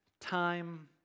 time